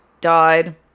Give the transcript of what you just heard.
died